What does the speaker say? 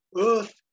Earth